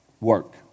work